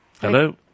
Hello